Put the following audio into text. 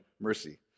mercy